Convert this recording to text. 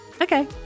Okay